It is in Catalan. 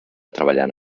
treballant